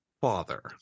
father